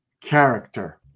character